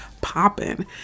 popping